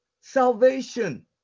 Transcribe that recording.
salvation